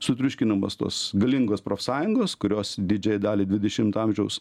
sutriuškinamos tos galingos profsąjungos kurios didžiąją dalį dvidešimto amžiaus